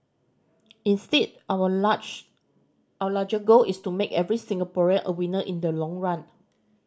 instead our large our larger goal is to make every Singaporean a winner in the long run